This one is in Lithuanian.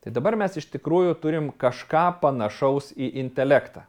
tai dabar mes iš tikrųjų turim kažką panašaus į intelektą